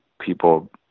people